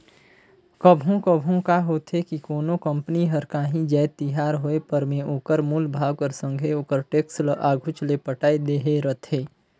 कभों कभों का होथे कि कोनो कंपनी हर कांही जाएत तियार होय पर में ओकर मूल भाव कर संघे ओकर टेक्स ल आघुच ले पटाए देहे रहथे